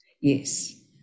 yes